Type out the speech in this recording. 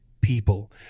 people